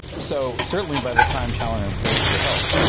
so certainly by the time chaloner begged for help,